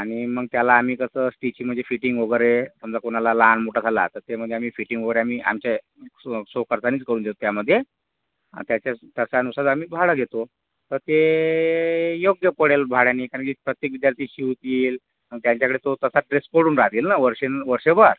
आणि मग त्याला आम्ही कसं स्टीचिंग म्हणजे फिटिंग वगैरे समजा कुणाला लहान मोठा झाला तर ते मग आम्ही फिटिंग वगैरे आम्ही आमच्या स्व स्वखर्चानेच करून देते त्यामध्ये आणि त्याच्या त्याच्यानुसार आम्ही भाडं घेतो तर ते योग्य पडेल भाड्याने कारण की प्रत्येक विद्यार्थी शिवतील त्यांच्याकडे तो तसाच ड्रेस पडून राहील ना वर्षन वर्षभर